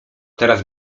teraz